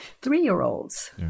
three-year-olds